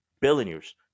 billionaires